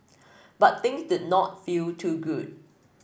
but things did not feel too good